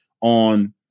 on